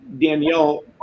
Danielle